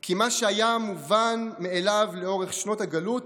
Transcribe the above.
כי מה שהיה מובן מאליו לאורך שנות הגלות